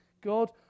God